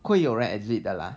会有人 exit 的 lah